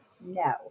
No